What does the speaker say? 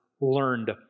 learned